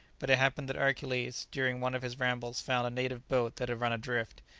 but it happened that hercules during one of his rambles found a native boat that had run adrift.